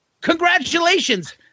congratulations